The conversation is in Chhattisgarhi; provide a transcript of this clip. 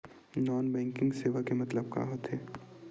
नॉन बैंकिंग सेवा के मतलब का होथे?